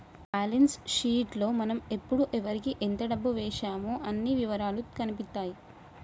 balance sheet లో మనం ఎప్పుడు ఎవరికీ ఎంత డబ్బు వేశామో అన్ని ఇవరాలూ కనిపిత్తాయి